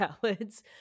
salads